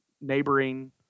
neighboring